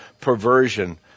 perversion